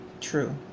true